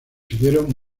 siguieron